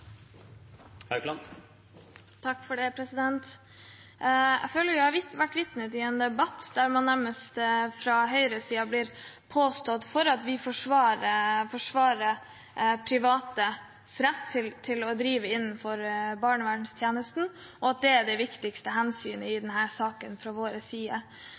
Jeg føler at jeg har vært vitne til en debatt der det nærmest blir påstått at det viktigste hensynet i denne saken fra vår, høyresidens, side er at vi forsvarer privates rett til å drive innenfor barnevernstjenesten. Det må jeg bare si ikke er sant. Det viktigste for oss, representantene fra